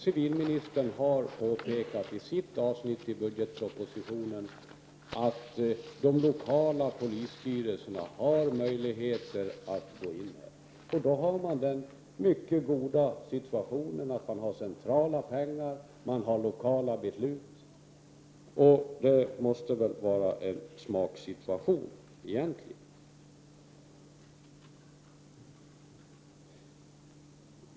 Civilministern påpekar i sitt avsnitt i budgetpropositionen att de lokala polisstyrelserna har möjlighet att gå in här. Då befinner man sig i den mycket goda situationen att man har centrala pengar och lokala beslut. Det måste väl egentligen vara en smaksituation.